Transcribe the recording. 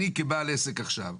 אני כבעל עסק עכשיו,